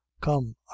come